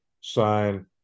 sign